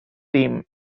team